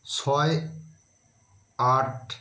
ছয় আট